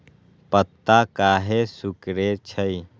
पत्ता काहे सिकुड़े छई?